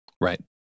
Right